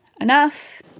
enough